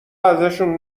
ازشون